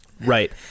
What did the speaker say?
right